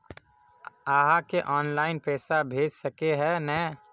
आहाँ के ऑनलाइन पैसा भेज सके है नय?